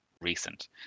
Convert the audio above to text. recent